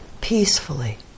peacefully